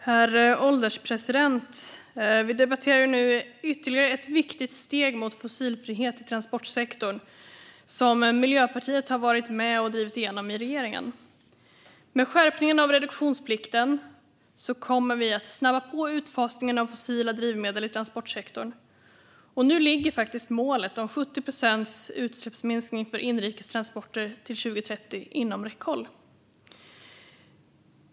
Herr ålderspresident! Vi debatterar nu ytterligare ett viktigt steg mot fossilfrihet i transportsektorn som Miljöpartiet har varit med och drivit igenom i regeringen. Med skärpningen av reduktionsplikten kommer vi att snabba på utfasningen av fossila drivmedel i transportsektorn. Nu ligger faktiskt målet om 70 procents utsläppsminskning för inrikestransporter till 2030 inom räckhåll.